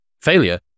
failure